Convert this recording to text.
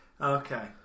okay